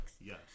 Yes